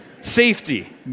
Safety